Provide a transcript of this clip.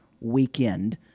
weekend